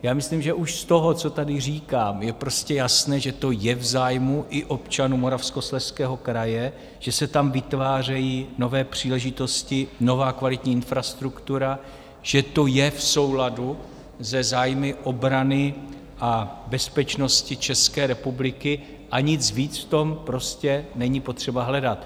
Já myslím, že už z toho, co tady říkám, je jasné, že to je v zájmu i občanů Moravskoslezského kraje, že se tam vytvářejí nové příležitosti, nová kvalitní infrastruktura, že to je v souladu se zájmy obrany a bezpečnosti České republiky, a nic víc v tom prostě není potřeba hledat.